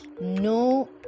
No